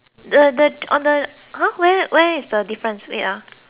err !huh! where where is the difference wait ah